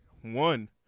One